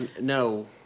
No